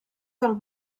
del